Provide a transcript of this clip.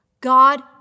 God